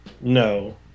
No